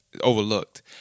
Overlooked